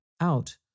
out